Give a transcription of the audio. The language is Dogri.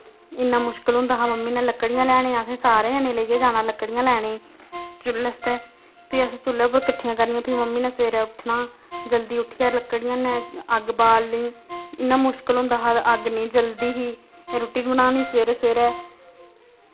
इन्ना मुश्कल होंदा हा मम्मी ने लकड़ियां लैने असें सारे जनें लेइयै जाना लकड़ियां लैने गी चुल्ल आस्तै फ्ही असें चुल्लै उप्पर किट्ठियां करनियां फ्ही मम्मी ने सबेरे उट्ठना जल्दी उट्ठियै लकड़ियें नै अग्ग बालनी इन्ना मुश्कल होंदा हा अग्ग निं जलदी ही रुट्टी बनानी सबेरे सबेरे